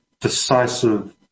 decisive